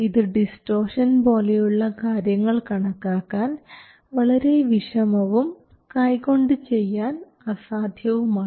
ഇതു ഡിസ്റ്റോഷൻ പോലെയുള്ള കാര്യങ്ങൾ കണക്കാക്കാൻ വളരെ വിഷമവും കൈകൊണ്ട് ചെയ്യാൻ അസാധ്യവുമാണ്